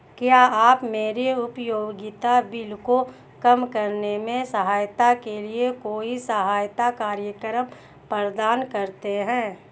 क्या आप मेरे उपयोगिता बिल को कम करने में सहायता के लिए कोई सहायता कार्यक्रम प्रदान करते हैं?